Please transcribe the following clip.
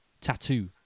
tattoo